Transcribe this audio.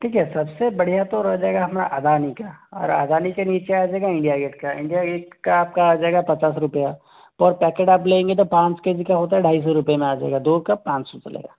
ठीक है सब से बढ़िया तो रह जाएगा हमारा अदानी का और अदानी के नीचे आ जाएगा इंडिया गेट का इंडिया गेट का आप का आ जाएगा पचास रुपये पर पैकेट आप लेंगे तो पाँच के जी का होता है ढाई सौ रुपये में आ जाएगा दो का पाँच सौ पड़ेगा